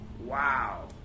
Wow